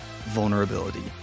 vulnerability